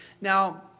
Now